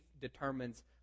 determines